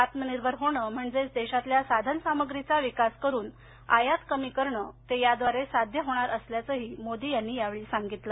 आत्मनिर्भर होणं म्हणजेच देशातल्या साधनसामग्रीचा विकास करून आयात कमी करणं ते याद्वारे साध्य होणार असल्याचं मोदी यांनी सांगितलं